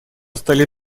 столе